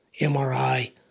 MRI